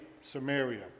Samaria